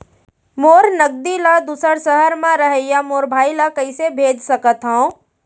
मोर नगदी ला दूसर सहर म रहइया मोर भाई ला कइसे भेज सकत हव?